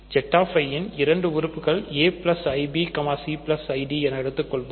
Z i இன் இரண்டு உறுப்புகள் aibcid என எடுத்துக்கொள்வோம்